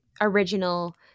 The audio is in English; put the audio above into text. original